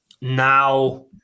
now